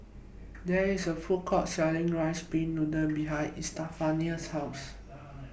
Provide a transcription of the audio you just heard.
There IS A Food Court Selling Rice Pin Noodles behind Estefania's House